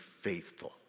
faithful